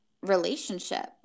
relationship